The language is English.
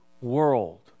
world